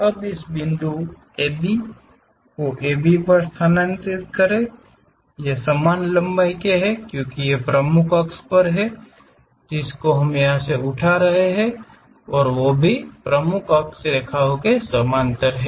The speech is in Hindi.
अब इस बिंदु AB को AB पर स्थानांतरित करें ये लंबाई समान हैं क्योंकि ये प्रमुख अक्ष रेखाएं हैं जो हम उठा रहे हैं जो प्रमुख अक्ष रेखाओं के समानांतर हैं